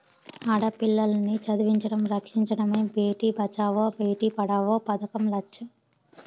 ఆడపిల్లల్ని చదివించడం, రక్షించడమే భేటీ బచావో బేటీ పడావో పదకం లచ్చెం